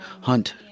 hunt